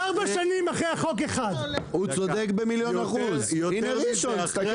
אלה שני הדברים ובסוף הכסף חוזר לציבור בצורה